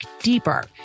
deeper